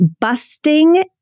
busting